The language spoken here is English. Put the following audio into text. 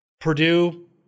Purdue